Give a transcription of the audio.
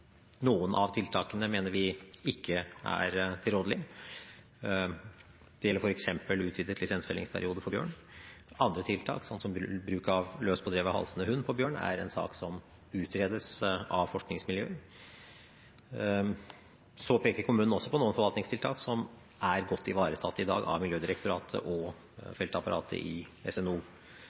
Noen av tiltakene mener vi ikke er tilrådelig. Det gjelder f.eks. utvidet lisensfellingsperiode for bjørn. Andre tiltak, som bruk av løs, på drevet halsende hund på bjørn, er en sak som utredes av forskningsmiljøer. Så peker kommunen også på noen forvaltningstiltak som i dag er godt ivaretatt av Miljødirektoratet og av feltapparatet i SNO.